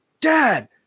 dad